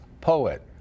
poet